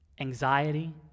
anxiety